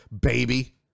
baby